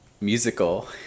Musical